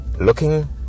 looking